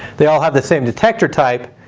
they all have the same detector type,